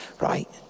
right